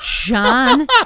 John